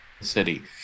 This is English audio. city